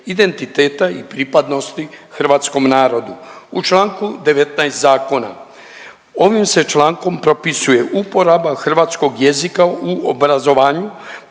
identiteta i pripadnosti hrvatskom narodu. U članku 19. Zakona ovim se člankom propisuje uporaba hrvatskog jezika u obrazovanju,